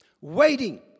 waiting